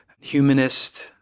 Humanist